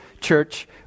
church